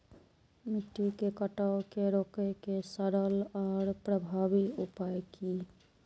मिट्टी के कटाव के रोके के सरल आर प्रभावी उपाय की?